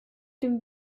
dem